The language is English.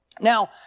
Now